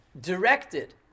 directed